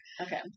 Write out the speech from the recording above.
Okay